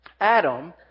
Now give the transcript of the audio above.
Adam